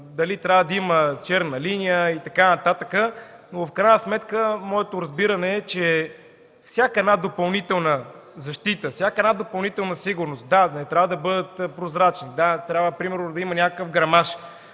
дали трябва да има черна линия и така нататък. Моето разбиране е, че всяка допълнителна защита, допълнителна сигурност – да, не трябва да бъдат прозрачни, трябва примерно да има някакъв грамаж,